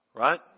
right